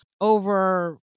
over